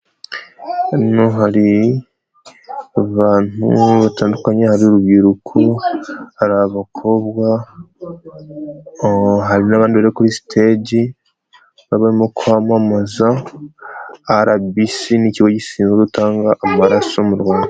Hano hari abantu batandukanye hari urubyiruko, hari abakobwa, hari n'abandi bari kuri siteji barimo kwamamaza RBC nk'ikigo gishinzwe gutanga amaraso mu Rwanda.